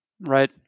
Right